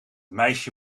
meisje